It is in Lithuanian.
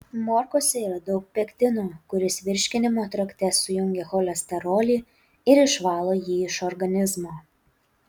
morkose yra daug pektino kuris virškinimo trakte sujungia cholesterolį ir išvalo jį iš organizmo